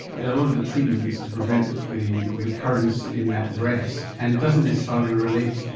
a lot of the treatment is to prevent the recurrence in that breast, and it doesn't necessarily relate,